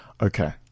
Okay